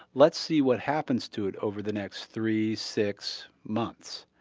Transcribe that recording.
let's see what happens to it over the next three, six months.